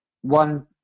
One